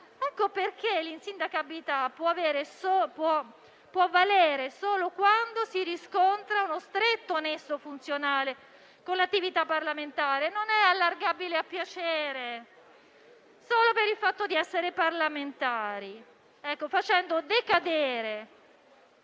motivo per cui l'insindacabilità può valere solo quando si riscontra uno stretto nesso funzionale con l'attività parlamentare e non è allargabile a piacere per il solo fatto di essere parlamentari, con ciò facendola decadere